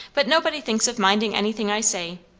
but nobody thinks of minding anything i say.